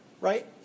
Right